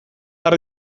har